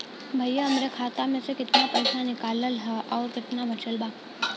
भईया हमरे खाता मे से कितना पइसा निकालल ह अउर कितना बचल बा?